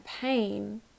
pain